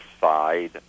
side